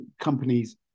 companies